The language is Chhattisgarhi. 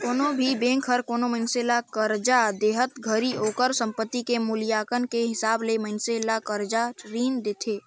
कोनो भी बेंक हर कोनो मइनसे ल करजा देहत घरी ओकर संपति के मूल्यांकन के हिसाब ले मइनसे ल करजा रीन देथे